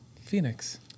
Phoenix